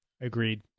Agreed